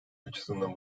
açısından